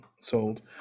sold